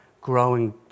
growing